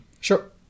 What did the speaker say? Sure